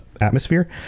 atmosphere